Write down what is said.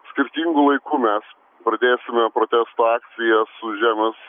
skirtingu laiku mes pradėsime protesto akciją su žemės